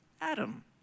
Adam